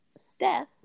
Steph